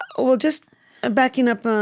well, just ah backing up